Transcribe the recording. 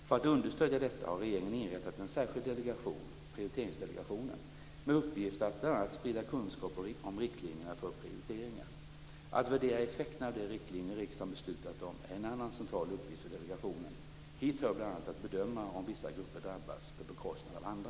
För att understödja detta har regeringen inrättat en särskild delegation, Prioriteringsdelegationen, med uppgift att bl.a. sprida kunskap om riktlinjerna för prioriteringar. Att värdera effekterna av de riktlinjer riksdagen beslutat om är en annan central uppgift för delegationen. Hit hör bl.a. att bedöma om vissa grupper drabbas på bekostnad av andra.